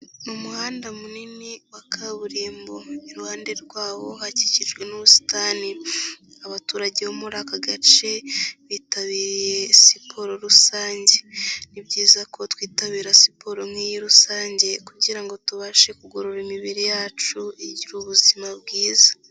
Ni umuhanda munini wa kaburimbo iruhande rwawo hakikijwe n'ubusitani, abaturage bo muri aka gace bitabiriye siporo rusange, ni byiza ko twitabira siporo nk'iyi rusange kugira ngo tubashe kugorora imibiri yacu igire ubuzima bwiza.